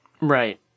Right